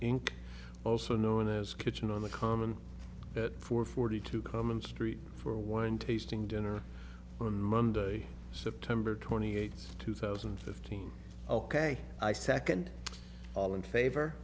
ink also known as kitchen on the common for forty two common street for one tasting dinner on monday september twenty eighth two thousand and fifteen ok i second all in favor